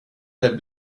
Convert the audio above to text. det